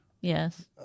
Yes